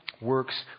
Works